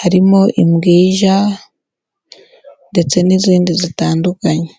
harimo imbwija ndetse n'izindi zitandukanye.